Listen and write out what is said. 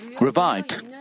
revived